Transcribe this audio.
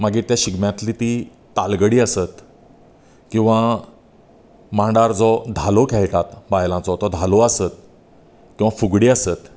मागीर शिगम्यांतली ती तालगडी आसत किंवां मांडांर जो धालो खेळटात बायलांचो तो धालो आसत किंवां फुगडी आसत